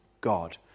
God